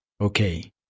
Okay